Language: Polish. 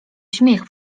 śmiech